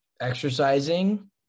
exercising